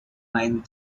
mine